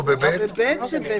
הנשיא.